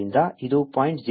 05 20014 ms ಆದ್ದರಿಂದ ಇದು 0